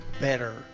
better